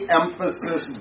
emphasis